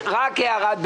אנחנו הורגים את השליח?